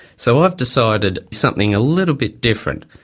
so i've decided something a little bit different.